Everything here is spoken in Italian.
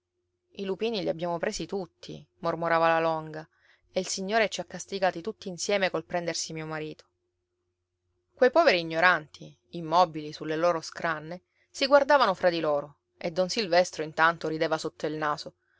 i lupini li abbiamo presi tutti mormorava la longa e il signore ci ha castigati tutti insieme col prendersi mio marito quei poveri ignoranti immobili sulle loro scranne si guardavano fra di loro e don silvestro intanto rideva sotto il naso